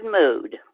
mood